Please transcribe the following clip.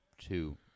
two